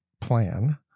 plan